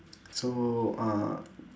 so uh